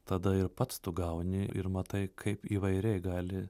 tada ir pats tu gauni ir matai kaip įvairiai gali